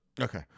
Okay